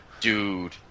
Dude